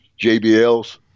JBLs